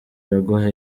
iraguha